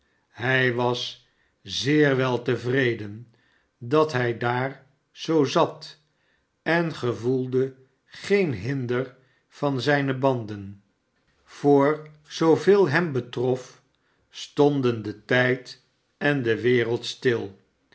hij was zeer wel tevreden dat hij daar zoo zat en gevoelde geen hinder van zijne banden voor sooveel hem betrof stonden de tijd en de wereld stil